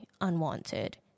unwanted